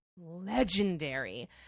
legendary